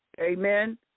Amen